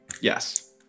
Yes